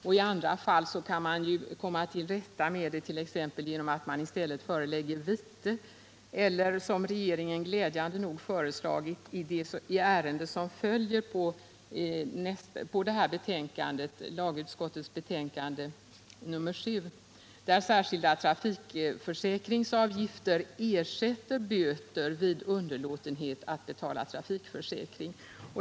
I andra fall kan man komma till rätta med överträdelser genom att man i stället förelägger vite eller genom att man gör som regeringen glädjande nog föreslagit i det ärende som följer på detta, lagutskottets betänkande nr 7, där särskilda trafikförsäkringsavgifter ersätter böter vid underlåtenhet att betala trafikförsäkring.